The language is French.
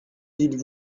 dites